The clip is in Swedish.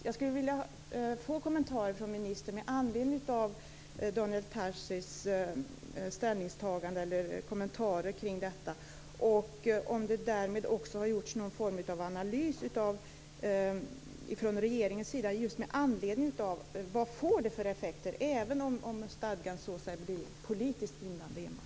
Jag skulle vilja få kommentarer från ministern med anledning av Daniel Tarschys uttalande. Jag undrar också om det har gjorts någon form av analys från regeringens sida just med avseende på vad detta får för effekter, även om stadgan så att säga enbart blir politiskt bindande.